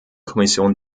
kommission